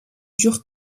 dure